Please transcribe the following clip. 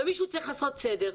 אבל מישהו צריך לעשות סדר,